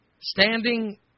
standing